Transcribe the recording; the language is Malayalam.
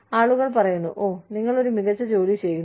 ആളുകൾ പറയുന്നു ഓ നിങ്ങൾ ഒരു മികച്ച ജോലി ചെയ്യുന്നു